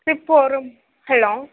trip போகிறோம் hello